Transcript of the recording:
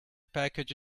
package